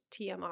tmr